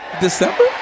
December